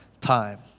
time